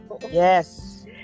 Yes